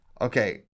Okay